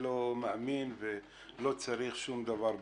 לא צריך לעשות שום דבר בכפייה,